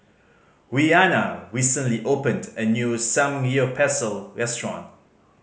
Rhianna recently opened a new Samgyeopsal restaurant